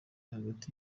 hagati